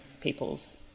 people's